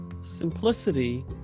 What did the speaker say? simplicity